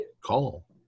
call